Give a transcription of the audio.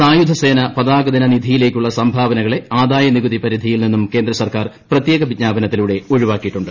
സായുധസേന പതാകദിന നിധിയിലേക്കുള്ള സംഭാവനകളെ ആദായനികുതി പരിധിയിൽ നിന്നും കേന്ദ്ര സർക്കാർ പ്രത്യേക വിജ്ഞാപനത്തിലൂടെ ഒഴിവാക്കിയിട്ടുണ്ട്